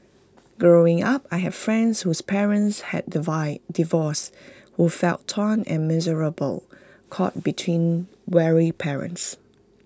growing up I had friends whose parents had divide divorced who felt torn and miserable caught between warring parents